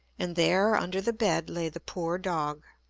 and there, under the bed, lay the poor dog.